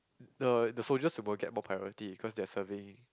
the the soldiers will get more priority cause they're serving